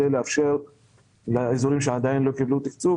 הזה כדי לאפשר לאזורים שעדיין לא קיבלו תקצוב,